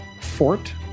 fort